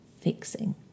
fixing